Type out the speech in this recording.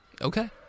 Okay